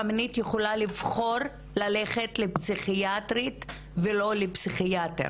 מינית יכולה לבחור ללכת לפסיכיאטרית ולא לפסיכיאטר,